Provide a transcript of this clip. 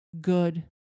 good